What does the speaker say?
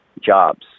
jobs